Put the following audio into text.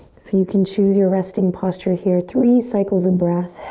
so you can choose your resting posture here three cycles of breath.